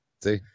See